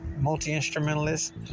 multi-instrumentalist